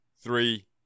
three